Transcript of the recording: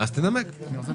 אז יש